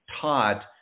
taught